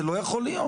זה לא יכול להיות.